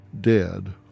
dead